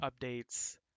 updates